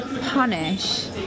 punish